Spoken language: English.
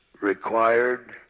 required